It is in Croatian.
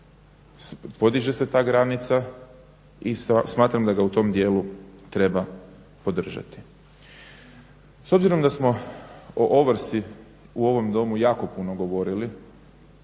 podiže se ta granica i smatram da ga u tom dijelu treba podržati. S obzirom da smo o ovrsi u ovom Domu jako puno govorili